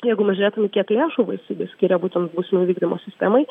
jeigu mes žiūrėtume kiek lėšų valstybė skiria būtent bausmių vykdymo sistemai